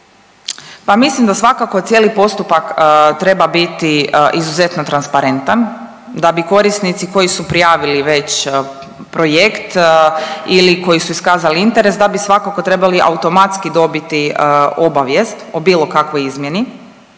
pa mislim da svakako cijeli postupak treba biti izuzetno transparentan da bi korisnici koji su prijavili već projekt ili koji su iskazali interes, da bi svakako trebali automatski dobiti obavijest o bilo kakvoj izmjeni